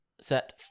set